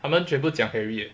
他们全部讲 harry eh